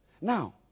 Now